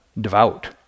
devout